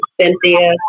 Cynthia